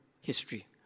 history